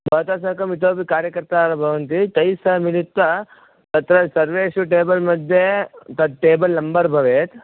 भवता साकम् इतोपि कार्यकर्तारः भवन्ति तैस्सह मिलित्वा तत्र सर्वेषु टेबल्मध्ये तत् टेबल् नम्बर् भवेत्